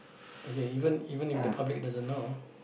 okay even even if the public doesn't know